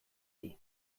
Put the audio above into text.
beti